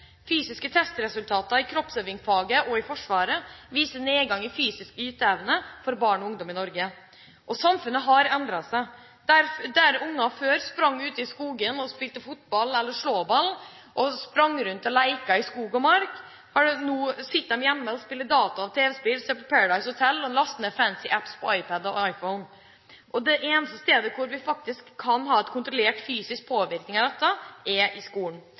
Fysiske testresultater i kroppsøvingsfaget og i Forsvaret viser en nedgang i fysisk yteevne for barn og ungdom i Norge. Samfunnet har endret seg. Der barn før sprang ut og spilte fotball eller slåball og sprang rundt og lekte i skog og mark, sitter de nå hjemme og spiller data og tv-spill, ser på Paradise Hotell og laster ned fancy apps på iPad og iPhone. Det eneste stedet hvor vi faktisk kan ha en kontrollert fysisk påvirkning av dette, er i skolen.